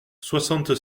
soixante